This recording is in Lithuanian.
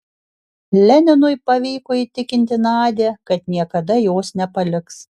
leninui pavyko įtikinti nadią kad niekada jos nepaliks